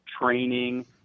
training